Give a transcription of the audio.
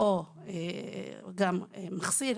או גם מחסיר